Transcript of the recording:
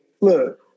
look